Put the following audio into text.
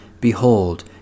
Behold